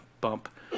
bump